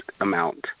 amount